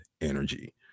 energy